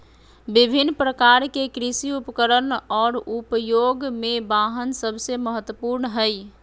विभिन्न प्रकार के कृषि उपकरण और उपयोग में वाहन सबसे महत्वपूर्ण हइ